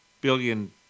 billion